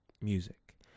music